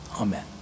Amen